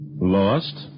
Lost